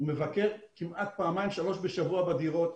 הוא מבקר כמעט פעמיים-שלוש בשבוע בדירות,